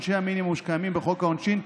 עונשי המינימום שקיימים בחוק העונשין,